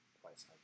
Twice